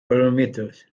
parameters